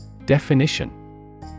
Definition